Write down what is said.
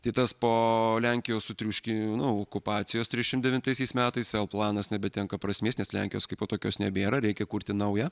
tai tas po lenkijos sutriuški nu okupacijos trisdešimt devintaisiais metais el planas nebetenka prasmės nes lenkijos kaipo tokios nebėra reikia kurti naują